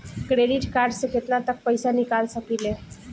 Credit card से केतना तक पइसा निकाल सकिले?